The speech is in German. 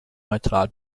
neutral